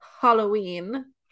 Halloween